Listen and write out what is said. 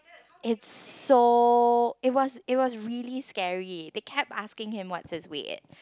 it's so it was it was really scary they kept asking him what's his weight eh